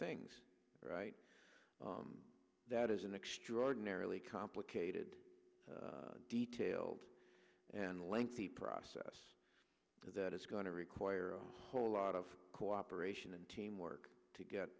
things right now that is an extraordinarily complicated detailed and lengthy process that it's going to require a whole lot of cooperation and teamwork to get